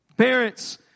Parents